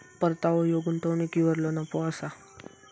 परतावो ह्यो गुंतवणुकीवरलो नफो असा